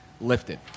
lifted